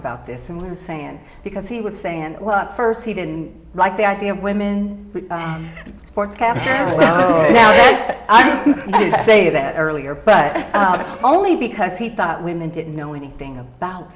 about this and we were saying because he was saying what first he didn't like the idea of women sportscasters ok i'd say that earlier but only because he thought women didn't know anything about